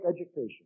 education